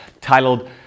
titled